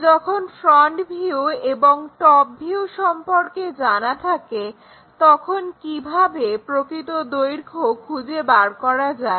যখন front view এবং top view সম্পর্কে জানা থাকে তখন কিভাবে প্রকৃত দৈর্ঘ্য খুঁজে বার করা যায়